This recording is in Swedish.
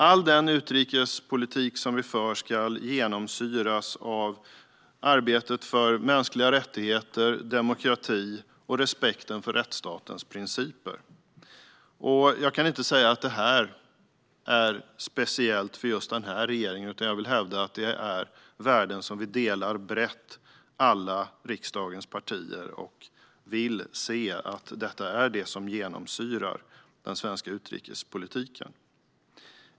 All den utrikespolitik som vi för ska genomsyras av arbetet för mänskliga rättigheter, demokrati och respekt för rättsstatens principer. Jag kan inte säga att det är speciellt för just den här regeringen, utan jag vill hävda att det är värden som vi alla i riksdagens partier delar brett. Vi vill se att detta är det som genomsyrar den svenska utrikespolitiken.